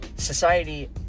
Society